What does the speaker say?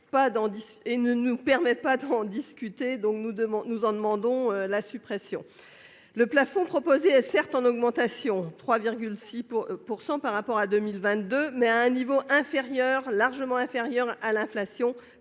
ne nous permet pas d'en discuter, nous en demandons la suppression. Le plafond proposé est certes en augmentation- +3,6 % par rapport à 2022 -, mais à un niveau largement inférieur à celui de l'inflation,